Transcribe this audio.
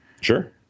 Sure